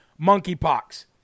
monkeypox